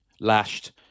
lashed